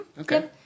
Okay